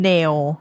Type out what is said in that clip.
Nail